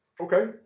okay